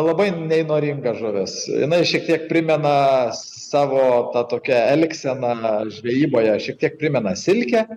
labai neįnoringa žuvis jinai šiek tiek primena savo ta tokia elgsena žvejyboje šiek tiek primena silkę